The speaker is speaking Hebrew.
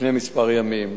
לפני כמה ימים.